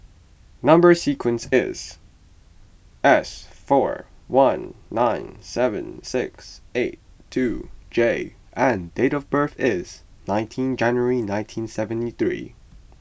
Number Sequence is S four one nine seven six eight two J and date of birth is nineteen January nineteen seventy three